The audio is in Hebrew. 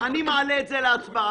אני מעלה את זה להצבעה.